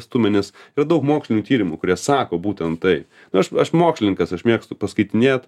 stumia nes yra daug mokslinių tyrimų kurie sako būtent tai aš aš mokslininkas aš mėgstu paskaitinėt